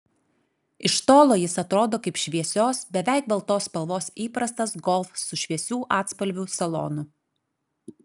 iš tolo jis atrodo kaip šviesios beveik baltos spalvos įprastas golf su šviesių atspalvių salonu